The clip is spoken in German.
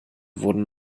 wurden